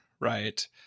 right